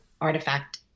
artifact